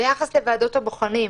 ביחס לוועדות הבוחנים,